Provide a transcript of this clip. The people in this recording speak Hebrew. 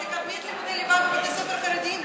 אז תקדמי את לימודי הליבה בבתי-ספר חרדיים.